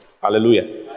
hallelujah